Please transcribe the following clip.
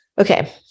Okay